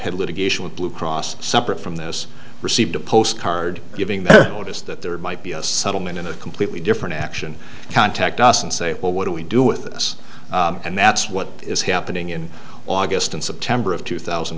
head litigation with blue cross separate from this received a postcard giving us that there might be a settlement in a completely different action contact us and say well what do we do with this and that's what is happening in august and september of two thousand